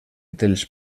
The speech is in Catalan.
dels